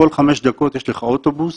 כל חמש דקות יש לך אוטובוס,